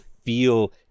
feel